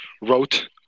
wrote